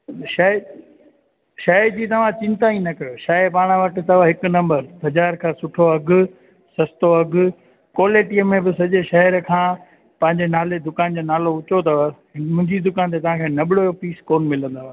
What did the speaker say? शइ शइ जी तव्हां चिंता ई न कयो शइ पाण वटि अथव हिकु नंबर बाज़ारि खां सुठो अघु सस्तो अघु क्वालिटीअ में सॼे शहर खां पंहिंजे नाले दुकान जो नालो ऊचो अथव मुंहिंजी दुकान ते तव्हांखे नबड़ो जो पीस कोन मिलंदव